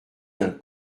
d’un